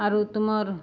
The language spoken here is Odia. ଆରୁ ତୁମର୍